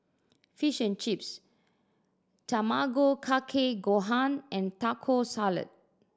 Fish and Chips Tamago Kake Gohan and Taco Salad